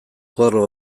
koadro